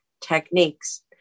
techniques